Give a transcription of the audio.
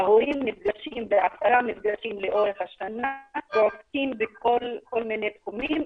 ההורים נפגשים לאורך השנה ועוסקים בכל מיני תחומים,